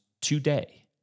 today